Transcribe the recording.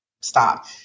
stop